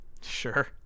sure